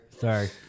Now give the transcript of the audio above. sorry